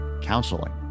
counseling